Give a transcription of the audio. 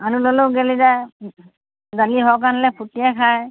আলু ল'লেও গেলি যায় দালি সৰহকৈ আনিলে ফুটিয়ে খায়